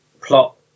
plot